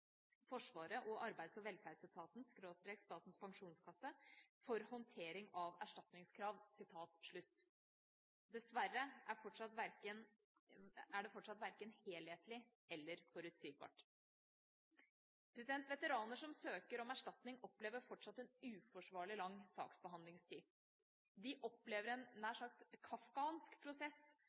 Forsvaret og Arbeids- og velferdsetaten/SPK for håndtering av erstatningskrav». Dessverre er det fortsatt verken helhetlig eller forutsigbart. Veteraner som søker om erstatning, opplever fortsatt en uforsvarlig lang saksbehandlingstid. De opplever en nær sagt kafkask prosess